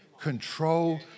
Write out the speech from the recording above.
control